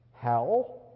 Hell